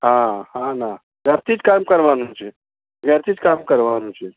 હા હા ના ઘરથી જ કામ કરવાનું છે ઘરેથી જ કામ કરવાનું છે